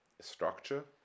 structure